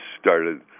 started –